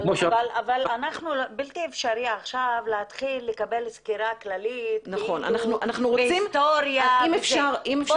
אבל בלתי אפשרי עכשיו להתחיל לקבל סקירה כללית כאילו מההיסטוריה וזה,